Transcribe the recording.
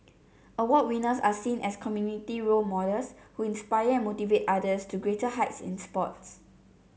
award winners are seen as community role models who inspire and motivate others to greater heights in sports